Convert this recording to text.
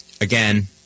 Again